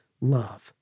love